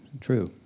true